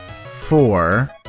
Four